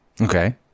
Okay